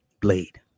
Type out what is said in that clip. Blade